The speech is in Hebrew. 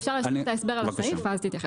אשלים את ההסבר על הסעיף ואז תתייחס.